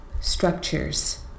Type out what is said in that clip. structures